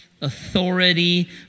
authority